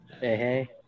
hey